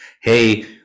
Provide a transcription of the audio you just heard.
hey